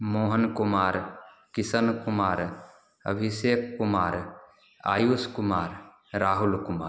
Mohan Kumar Kishan Kumar Abhishek Kumar Ayush Kumar Rahul Kumar